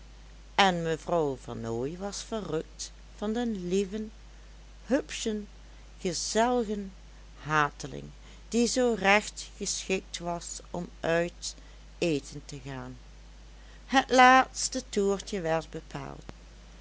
en mevrouw vernooy was verrukt van den lieven hupschen gezelligen hateling die zoo recht geschikt was om uit eten te gaan het laatste toertje werd bepaald